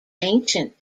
ancient